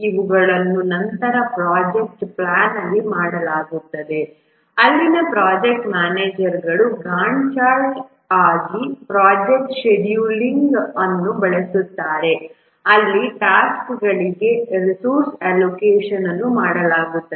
ಇವುಗಳನ್ನು ನಂತರ project plan ಅಲ್ಲಿ ಮಾಡಲಾಗುತ್ತದೆ ಅಲ್ಲಿ ಪ್ರೊಜೆಕ್ಟ್ ಮ್ಯಾನೇಜರ್ ಗ್ಯಾಂಟ್ ಚಾರ್ಟ್ ಆಗಿ ಪ್ರೊಜೆಕ್ಟ್ ಶೆಡ್ಯೂಲಿಂಗ್ ಅನ್ನು ಬಳಸುತ್ತಾರೆ ಅಲ್ಲಿ ಟಾಸ್ಕ್ಗಳಿಗೆ ರಿಸೋರ್ಸ್ ಅಲೋಕೇಷನ್ ಅನ್ನು ಮಾಡಲಾಗುತ್ತದೆ